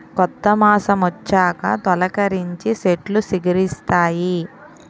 కొత్త మాసమొచ్చాక తొలికరించి సెట్లు సిగిరిస్తాయి